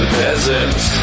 peasants